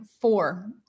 four